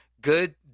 good